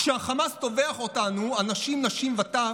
כשהחמאס טובח בנו, אנשים, נשים וטף,